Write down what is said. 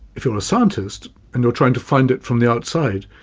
if you're a scientist and you're trying to find it from the outside,